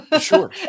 Sure